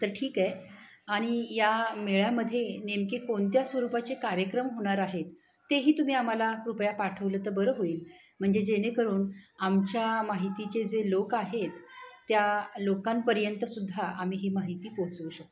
तर ठीक आहे आणि या मेळ्यामध्ये नेमके कोणत्या स्वरूपाचे कार्यक्रम होणार आहेत ते ही तुम्ही आम्हाला कृपया पाठवलं तर बरं होईल म्हणजे जेणेकरून आमच्या माहितीचे जे लोक आहेत त्या लोकांपर्यंत सुद्धा आम्ही ही माहिती पोचवू शकतो